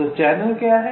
तो चैनल क्या है